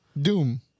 Doom